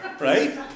Right